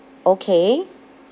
okay